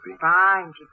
Fine